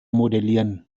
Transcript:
modellieren